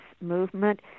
movement